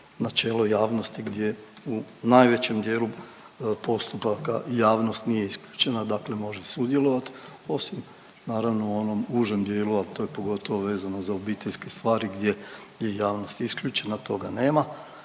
načelo javnosti gdje u najvećem dijelu postupaka javnost nije isključena, dakle može sudjelovat, osim naravno u onom užem dijelu, a to je pogotovo vezano za obiteljske stvari gdje je javnost isključena, toga nema.